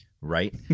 Right